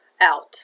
out